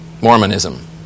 Mormonism